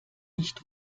nicht